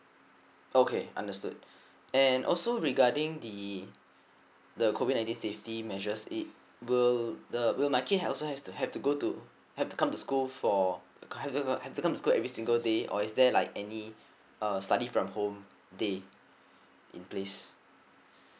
okay understood and also regarding the the COVID nineteen safety measures it will the will my kid also has to have to go to have to come to school for have have to come to school every single day or is there like any uh study from home day in place